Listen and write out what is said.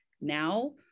now